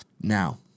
now